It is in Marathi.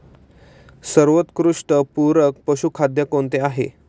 सर्वोत्कृष्ट पूरक पशुखाद्य कोणते आहे?